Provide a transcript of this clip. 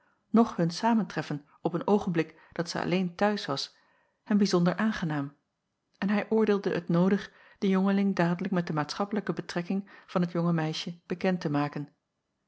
noch hun samentreffen op een oogenblik dat zij alleen t'huis was hem bijzonder aangenaam en hij oordeelde het noodig den jongeling dadelijk met de maatschappelijke betrekking van het jonge meisje bekend te maken